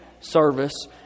service